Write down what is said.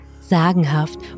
sagenhaft